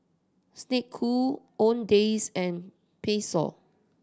Snek Ku Owndays and Pezzo